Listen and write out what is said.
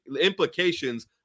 implications